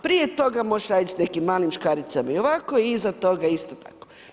Prije toga možeš raditi sa nekim malim škaricama i ovako i iza toga isto tako.